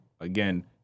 again